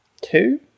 Two